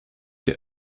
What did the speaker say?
der